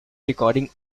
recording